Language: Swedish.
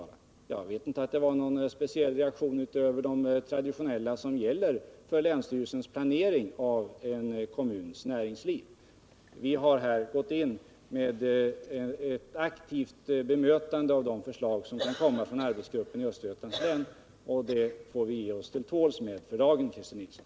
Jag kan inte påminna mig att man kunde se uttryck för någon speciell reaktion utöver de traditionella åtgärder som gäller för länsstyrelsens planering av en kommuns näringsliv. I fråga om de nu aktuella problemen har vi gått in för att aktivt ta fasta på de förslag som kan komma från arbetsgruppen i Östergötlands län. Med det får vi ge oss till tåls för dagen, Christer Nilsson.